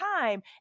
time